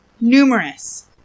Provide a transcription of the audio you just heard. numerous